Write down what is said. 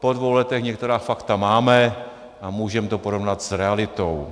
Po dvou letech některá fakta máme a můžeme to porovnat s realitou.